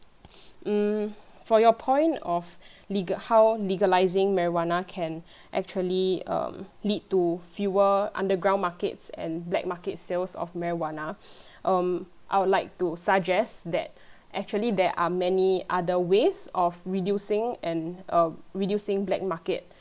mm for your point of legal~ how legalising marijuana can actually um lead to fewer underground market and black market sales of marijuana um I would like to suggest that actually there are many other ways of reducing and um reducing black market